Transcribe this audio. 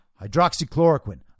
hydroxychloroquine